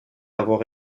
avoir